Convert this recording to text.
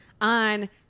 on